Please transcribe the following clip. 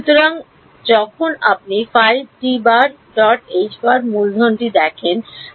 সুতরাং যখন আপনি মূলধনটি দেখেন আমি এই অভিব্যক্তিটি বোঝাতে চাইছি